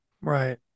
Right